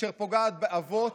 אשר פוגעת באבות,